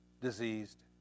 diseased